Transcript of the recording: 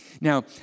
Now